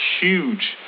huge